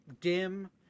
dim